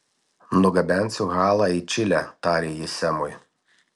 nugabensiu halą į čilę tarė ji semui